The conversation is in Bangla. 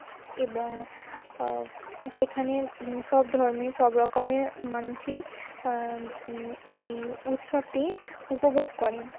এবং সেখানে সব ধর্মের সব রকমের মানুষই এই উৎসবটি উপভোগ করে